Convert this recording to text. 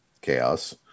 chaos